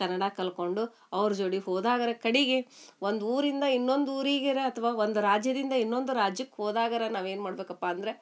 ಕನ್ನಡ ಕಲ್ತ್ಕೊಂಡು ಅವ್ರ ಜೋಡಿಗೆ ಹೋದಾಗಾರೂ ಕಡೆಗೆ ಒಂದು ಊರಿಂದ ಇನ್ನೊಂದು ಊರಿಗಾರ ಅಥ್ವಾ ಒಂದು ರಾಜ್ಯದಿಂದ ಇನ್ನೊಂದು ರಾಜ್ಯಕ್ಕೆ ಹೋದಾಗಾರೂ ನಾವೇನು ಮಾಡ್ಬೇಕಪ್ಪ ಅಂದ್ರೆ